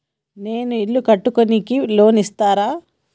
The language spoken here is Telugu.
నేను ఇల్లు కట్టుకోనికి లోన్ ఇస్తరా?